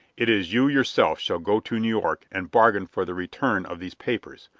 it is you yourself shall go to new york and bargain for the return of these papers.